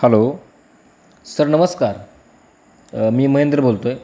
hello sir नमस्कार मी महेंद्र बोलतो आहे